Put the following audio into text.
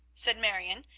said marion,